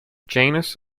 janus